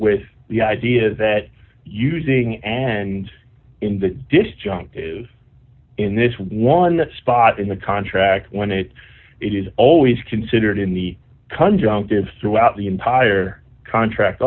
with the idea that using end in the disjunctive in this one spot in the contract when it is always considered in the country gives throughout the entire contract